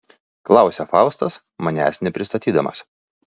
klausia faustas manęs nepristatydamas